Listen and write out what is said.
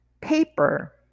paper